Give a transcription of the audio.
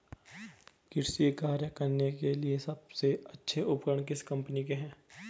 कृषि कार्य करने के लिए सबसे अच्छे उपकरण किस कंपनी के हैं?